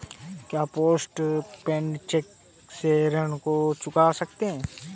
क्या post paid cheque से ऋण को चुका सकते हैं?